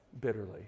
bitterly